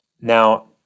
Now